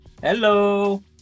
Hello